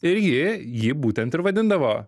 ir ji jį būtent ir vadindavo